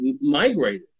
migrated